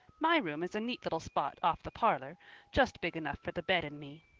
my room is a neat little spot off the parlor' just big enough for the bed and me.